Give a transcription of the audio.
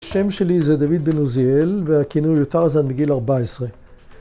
‫השם שלי זה דוד בן עוזיאל, ‫והכינוי הוא טרזן מגיל 14.